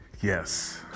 Yes